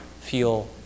feel